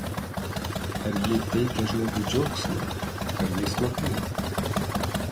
ar ji teikia žmogui džiaugsmą ar jį slopina